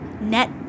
Net